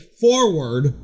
forward